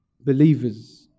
believers